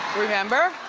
remember?